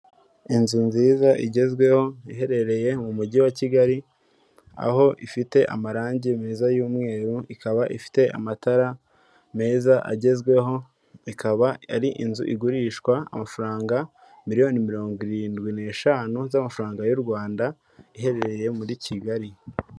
Inzu nziza igezweho iherereye mu mujyi wa Kigali, aho ifite amarangi meza y'umweru ikaba ifite amatara meza agezweho, ikaba ari inzu igurishwa amafaranga, miliyoni mirongo irindwi n'eshanu z'amafaranga y'u Rwanda iherereye muri kigali.